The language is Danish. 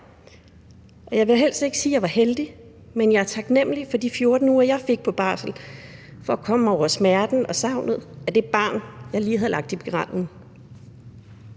Jeg vil helst ikke sige, at jeg var heldig, men jeg er taknemlig for de 14 uger, jeg fik på barsel for at komme mig over smerten og savnet af det barn, jeg lige havde lagt i graven.